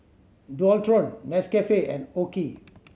Dualtron Nescafe and OKI